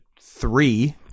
three